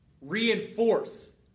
reinforce